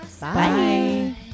Bye